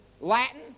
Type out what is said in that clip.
Latin